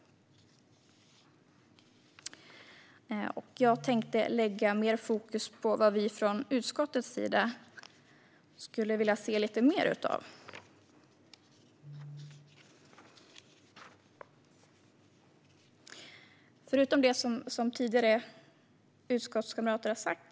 Jag tänkte lägga mer fokus på vad vi från utskottets sida skulle vilja se lite mer av, förutom det som utskottskamrater tidigare har sagt.